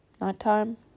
nighttime